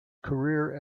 career